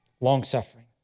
Long-suffering